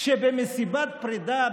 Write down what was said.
כשבמסיבת הפרידה,